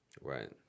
Right